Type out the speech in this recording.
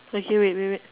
okay okay wait wait wait